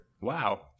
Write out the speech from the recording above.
Wow